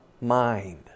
mind